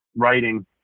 writing